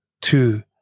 two